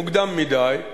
מוקדם מדי,